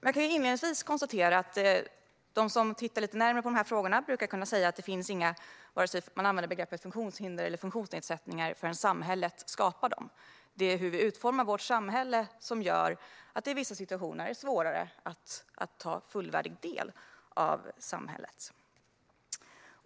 Man kan inledningsvis konstatera att de som tittar lite närmare på de här frågorna brukar säga att det varken finns några funktionshinder eller några funktionsnedsättningar förrän samhället skapar dem. Det är hur vi utformar vårt samhälle som gör att det i vissa situationer är svårare att ta fullvärdig del av samhället.